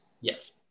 Yes